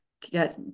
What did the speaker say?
Get